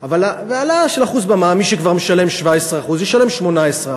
והעלאה של 1% במע"מ, מי שכבר משלם 17% ישלם 18%,